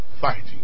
fighting